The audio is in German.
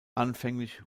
anfänglich